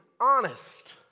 honest